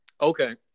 Okay